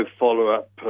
follow-up